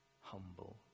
humble